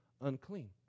unclean